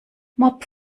mob